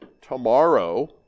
Tomorrow